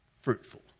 fruitful